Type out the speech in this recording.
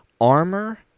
armor